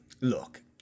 look